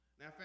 Now